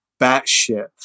batshit